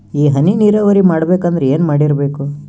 ಈ ಹನಿ ನೀರಾವರಿ ಮಾಡಬೇಕು ಅಂದ್ರ ಏನ್ ಮಾಡಿರಬೇಕು?